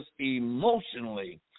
emotionally